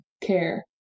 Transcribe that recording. care